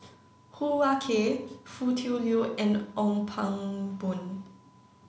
Hoo Ah Kay Foo Tui Liew and Ong Pang Boon